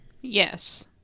yes